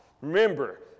Remember